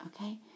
Okay